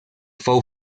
fou